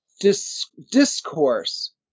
discourse